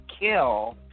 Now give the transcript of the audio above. kill